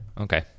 Okay